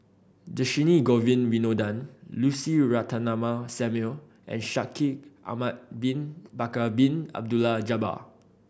Dhershini Govin Winodan Lucy Ratnammah Samuel and Shaikh Ahmad Bin Bakar Bin Abdullah Jabbar